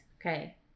Okay